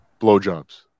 blowjobs